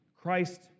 Christ